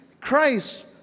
Christ